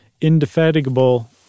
indefatigable